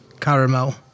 caramel